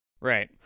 Right